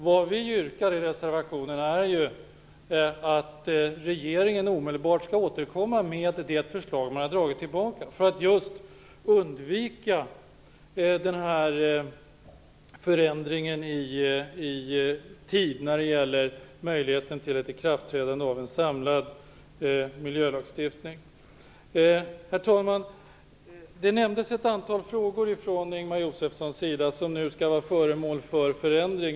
Vad vi yrkar i reservationen är ju att regeringen omedelbart skall återkomma med det förslag som man har dragit tillbaka - detta för att undvika förändringen i tid när det gäller möjligheten till ett ikraftträdande av en samlad miljölagstiftning. Herr talman! Ingemar Josefsson nämnde ett antal frågor som nu skall bli föremål för förändring.